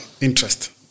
interest